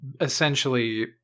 essentially